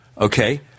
Okay